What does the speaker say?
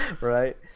Right